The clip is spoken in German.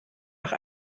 nach